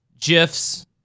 gifs